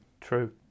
True